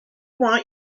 want